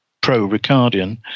pro-Ricardian